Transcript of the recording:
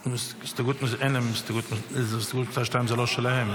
היא לא שלהם.